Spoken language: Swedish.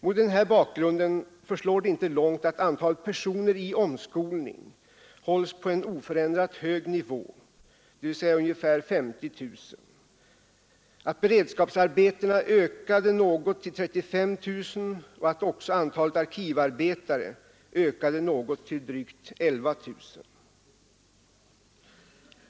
Mot denna bakgrund förslår det inte långt att antalet personer i omskolning hålls på en oförändrat hög nivå, dvs. ungefär 50 000, att beredskapsarbetena ökade något till 35 000 och att också antalet arkivarbetare ökade något till drygt 11 000.